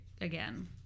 again